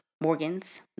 Morgans